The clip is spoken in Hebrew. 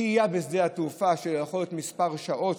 שהייה בשדה התעופה שיכולה להיות בת כמה שעות,